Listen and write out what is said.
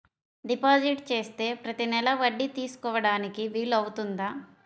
Deposit చేస్తే ప్రతి నెల వడ్డీ తీసుకోవడానికి వీలు అవుతుందా?